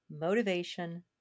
motivation